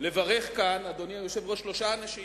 לברך כאן, אדוני היושב-ראש, שלושה אנשים